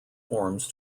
forms